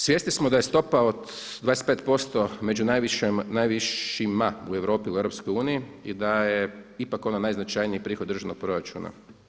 Svjesni smo da je stopa od 25% među najvišima u Europi, u EU i da je ipak ona najznačajniji prihod državnog proračuna.